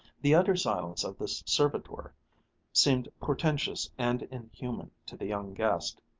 the utter silence of this servitor seemed portentous and inhuman to the young guest,